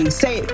say